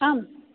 आम्